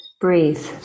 breathe